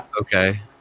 Okay